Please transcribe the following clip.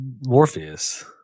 Morpheus